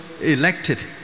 elected